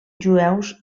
jueus